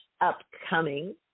upcoming